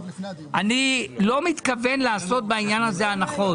אני לא מתכוון לעשות בעניין הזה הנחות.